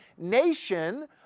nation